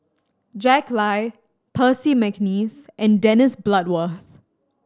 Jack Lai Percy McNeice and Dennis Bloodworth